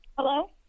Hello